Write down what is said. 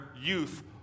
youth